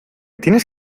tienes